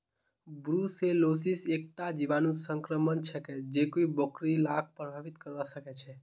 brucellosis एकता जीवाणु संक्रमण छिके जेको बकरि लाक प्रभावित करवा सकेछे